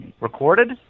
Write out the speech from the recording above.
recorded